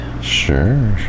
Sure